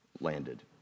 landed